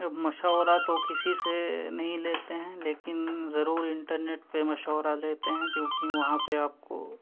مشورہ تو کسی سے نہیں لیتے ہیں لیکن ضرور انٹرنیٹ پہ مشورہ لیتے ہیں کیونکہ وہاں پہ آپ کو